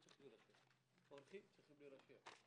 אורחים צריכים להירשם.